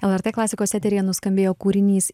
lrt klasikos eteryje nuskambėjo kūrinys